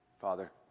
Father